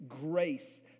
grace